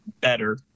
better